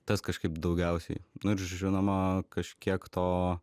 tas kažkaip daugiausiai nu ir žinoma kažkiek to